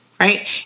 right